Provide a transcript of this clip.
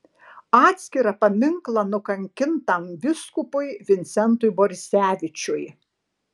atskirą paminklą nukankintam vyskupui vincentui borisevičiui